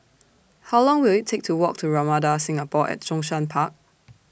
How Long Will IT Take to Walk to Ramada Singapore At Zhongshan Park